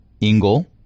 Ingle